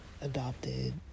adopted